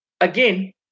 again